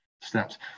steps